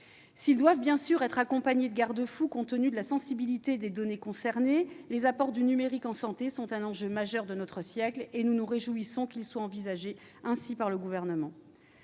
S'ils doivent bien sûr être accompagnés de garde-fous compte tenu de la sensibilité des données concernées, les apports du numérique en santé sont un enjeu majeur de notre siècle, et nous nous réjouissons qu'ils soient envisagés ainsi par le Gouvernement.